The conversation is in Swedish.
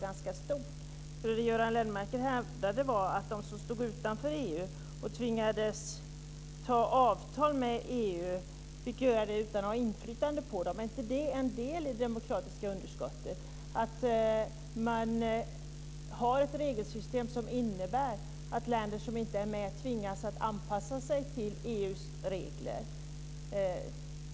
Göran Lennmarker hävdade att de som stod utanför EU tvingades ingå avtal med EU utan att utöva inflytande. Men är inte det en del i det demokratiska underskottet, dvs. att det finns ett regelsystem som innebär att länder som inte är med tvingas att anpassa sig till EU:s regler?